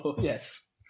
Yes